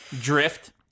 drift